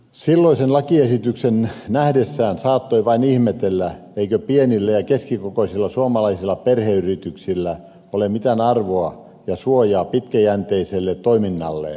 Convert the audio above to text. silloisen lakiesityksen nähdessään saattoi vain ihmetellä eikö pienillä ja keskikokoisilla suomalaisilla perheyrityksillä ole mitään arvoa ja suojaa pitkäjänteiselle toiminnalleen